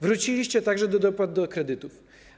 Wróciliście także do dopłat do kredytów.